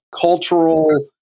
cultural